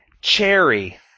cherry